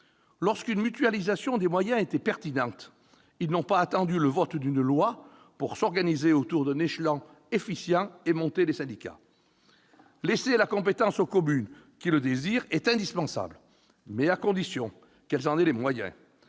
lorsqu'une mutualisation des moyens était pertinente, ils n'ont pas attendu le vote d'une loi pour s'organiser à un échelon efficient et monter des syndicats. Laisser la compétence aux communes qui le désirent est indispensable, mais à condition qu'elles en aient les moyens.